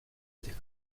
этих